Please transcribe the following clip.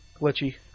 glitchy